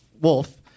Wolf